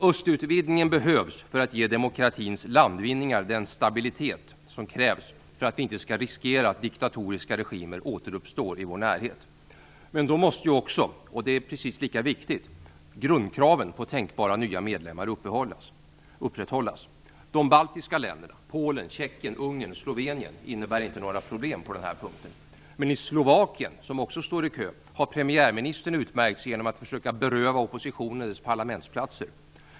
Östutvidgningen behövs för att ge demokratins landvinningar den stabilitet som krävs för att vi inte skall riskera att diktatoriska regimer återuppstår i vår närhet. Men då måste också - det är precis lika viktigt - grundkraven på nya tänkbara medlemmar upprätthållas. De baltiska länderna, Polen, Tjeckien, Ungern och Slovenien innebär inte några problem på den här punkten. Men i Slovakien, som också står i kö, har premiärministern utmärkt sig genom att försöka beröva oppositionen dess parlamentsplatser.